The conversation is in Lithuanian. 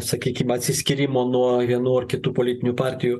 sakykim atsiskyrimo nuo vienų ar kitų politinių partijų